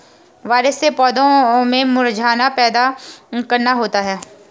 virus से पौधों में मुरझाना पैदा करना होता है